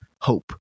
hope